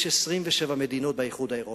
יש 27 מדינות באיחוד האירופי,